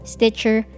Stitcher